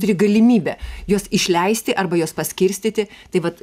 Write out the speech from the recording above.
turi galimybę juos išleisti arba juos paskirstyti tai vat